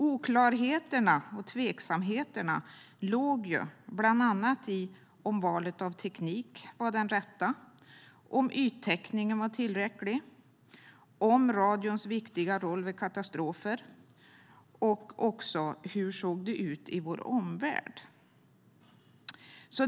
Oklarheterna och tveksamheterna låg bland annat i om valet av teknik är det rätta, om yttäckningen var tillräcklig, radions viktiga roll vid katastrofer och också hur det såg ut i vår omvärld.